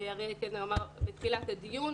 אריאל קלנר בתחילת הדיון.